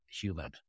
human